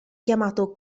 chiamato